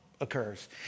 occurs